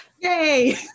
yay